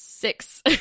six